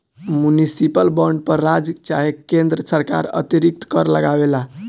municipal bond पर राज्य चाहे केन्द्र सरकार अतिरिक्त कर ना लगावेला